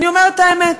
אני אומרת את האמת.